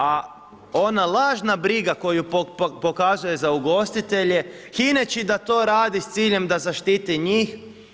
A ona lažna briga koju pokazuje za ugostitelje hineći da to radi s ciljem da zaštiti njih.